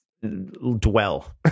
dwell